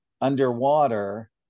underwater